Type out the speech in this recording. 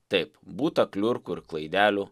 taip būta kliurkų ir klaidelių